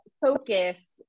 focus